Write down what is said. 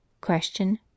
Question